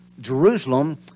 Jerusalem